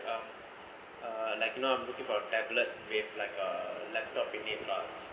um uh like now I'm looking for a tablet with like a laptop within lah